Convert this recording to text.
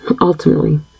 ultimately